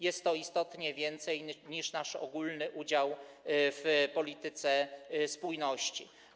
Jest to istotnie więcej, niż wynosi nasz ogólny udział w polityce spójności.